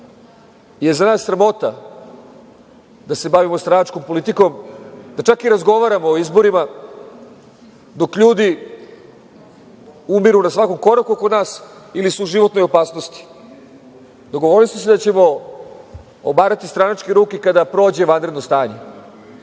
da je za nas sramota da se bavimo stranačkom politikom, da čak i razgovaramo o izborima dok ljudi umiru na svakom koraku oko nas ili su u životnoj opasnosti. Dogovorili smo se da ćemo obarati stranačke ruke kada prođe vanredno stanje.